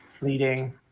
leading